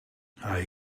hij